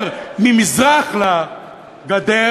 להתפשר ממזרח לגדר,